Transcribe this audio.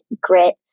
grit